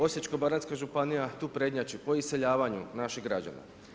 Osječko-baranjska županija tu prednjači po iseljavanju naših građana.